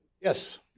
Yes